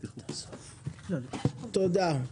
תודה.